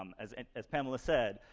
um as and as pamela said,